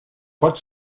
pot